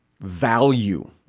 value